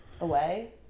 away